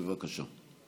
בבקשה.